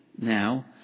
now